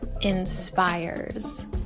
inspires